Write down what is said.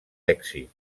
èxit